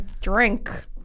drink